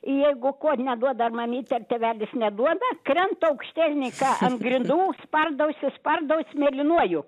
jeigu ko neduoda ar mamytė ar tėvelis neduoda krentu aukštielnyka ant grindų spardausi spardaus mėlynuoju